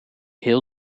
heel